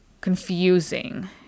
confusing